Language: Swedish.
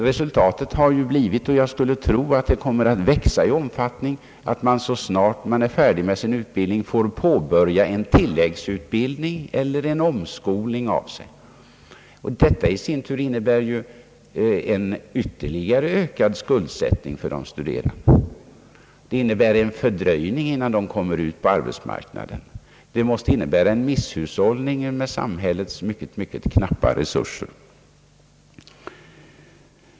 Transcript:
Resultatet har ju blivit — jag skulle tro att tendensen kommer att växa att man, så snart man är färdig med sin utbildning, får påbörja en tilläggsutbildning eller en omskolning. Detta i sin tur innebär ju en ytterligare ökad skuldsättning för de studerande och en fördröjning innan de kommer ut på arbetsmarknaden. Det måste även innebära en misshushållning med samhällets mycket knappa resurser.